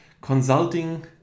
consulting